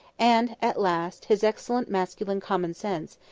and, at last, his excellent masculine common sense,